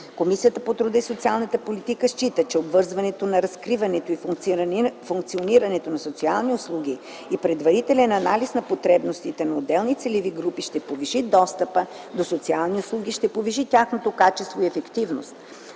Комисията по труда и социалната политика счита, че обвързването на разкриването и функционирането на социални услуги и предварителен анализ на потребностите на отделни целеви групи ще повиши достъпа до социални услуги, ще повиши тяхното качество и ефективност.